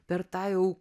per tą jau